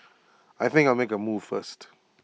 I think I'll make A move first